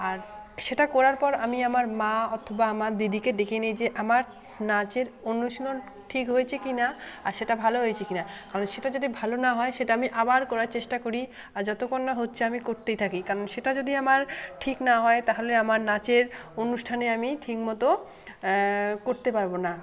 আর সেটা করার পর আমি আমার মা অথবা আমার দিদিকে ডেকে নিই যে আমার নাচের অনুশীলন ঠিক হয়েছে কি না আর সেটা ভালো হয়েছে কি না কারণ সেটা যদি ভালো না হয় সেটা আমি আবার করার চেষ্টা করি আর যতক্ষণ না হচ্ছে আমি করতেই থাকি কারণ সেটা যদি আমার ঠিক না হয় তাহলে আমার নাচের অনুষ্ঠানে আমি ঠিকমতো করতে পারবো না